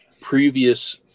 previous